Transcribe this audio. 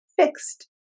fixed